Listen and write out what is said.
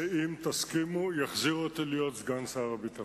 שאם תסכימו, יחזיר אותי להיות סגן שר הביטחון.